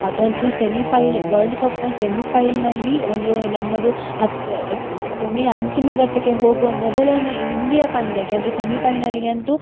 ಅದಂತೂ semifinal world ಕಪ್ನ ಸೆಮಿಫೈಲ್ನಲ್ಲಿ ಒಂದು ನಮ್ಮದು ಹತ್ತು ಕೊನೆಯ ಅಂತಿಮ ಘಟ್ಟಕ್ಕೆ ಹೋಗುವ ಮೊದಲನೆ ಹಿಂದಿಯ ಪಂದ್ಯಕ್ಕೆ ಅಂದರೆ ಸೆಮಿಫೈನಲಿಗೆ ಅಂತೂ